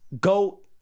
Go